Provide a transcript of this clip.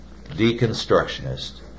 deconstructionist